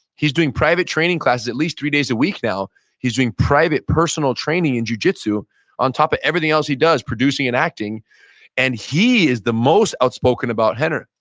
he's doing private training classes at least three days a week now he's doing private personal training in jujitsu on top of everything else he does, producing and acting and he is the most outspoken about rener,